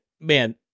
man